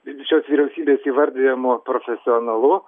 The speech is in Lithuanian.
šios vyriausybės įvardijamu profesionalu